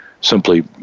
simply